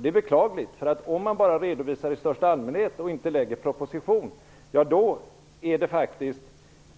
Det är beklagligt, för om man bara redovisar i största allmänhet, och inte lägger fram en proposition, är det faktiskt